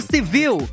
Civil